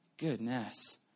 Goodness